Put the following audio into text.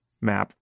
map